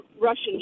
Russian